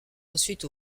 ensuite